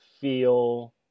feel